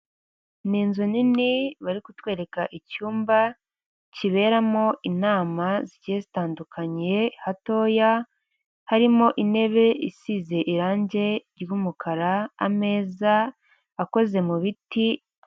Ni inzu nini bari kutwereka icyumba kiberamo inama zike zitandukanye hatoya harimo intebe isize irangi ry'umukara ameza akoze mu biti.